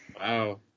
Wow